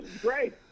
great